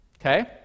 okay